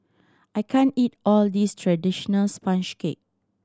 I can't eat all this traditional sponge cake